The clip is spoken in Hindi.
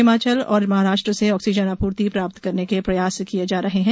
हिमाचल और महाराष्ट्र से ऑक्सीजन आपूर्ति प्राप्त करने के प्रयास किये जा रहे हैं